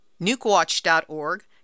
NukeWatch.org